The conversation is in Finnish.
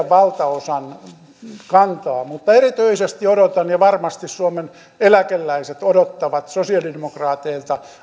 valtaosan kantaa mutta erityisesti odotan ja varmasti suomen eläkeläiset odottavat sosiaalidemokraateilta